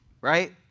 Right